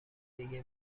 دیگه